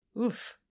Oof